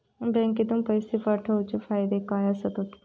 बँकेतून पैशे पाठवूचे फायदे काय असतत?